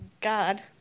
God